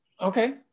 Okay